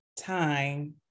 time